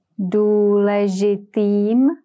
důležitým